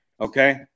Okay